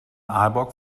aalborg